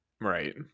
Right